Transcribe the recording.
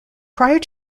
prior